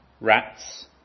Rats